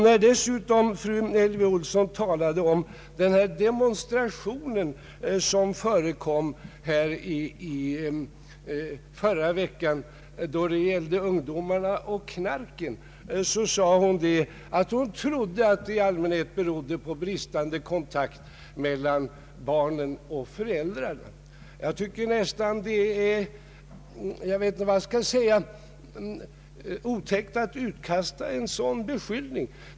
När fru Elvy Olsson talade om den demonstration som förekom utanför riksdagshuset förra veckan om ungdomar och knark, sade hon att hon trodde att svårigheterna berodde på bristande kontakt mellan barn och föräldrar. Jag tycker nästan det är otäckt att utkasta en sådan beskyllning.